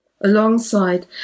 Alongside